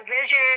vision